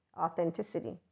authenticity